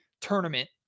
tournament